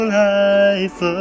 life